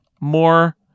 More